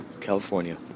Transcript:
California